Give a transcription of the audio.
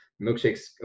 Milkshake's